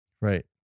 Right